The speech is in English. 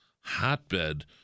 hotbed